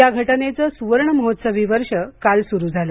या घटनेचं सुवर्ण महोत्सवी वर्ष काल सुरू झालं